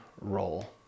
role